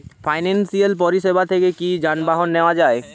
Financial পরিসেবা থেকে কি যানবাহন নেওয়া যায়?